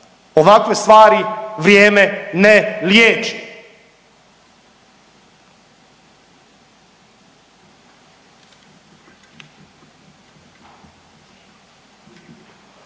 ovakve stvari vrijeme ne liječi.